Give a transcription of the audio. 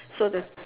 so the